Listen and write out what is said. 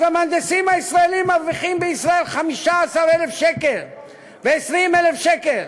אז המהנדסים הישראלים מרוויחים בישראל 15,000 שקל ו-20,000 שקל,